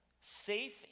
safe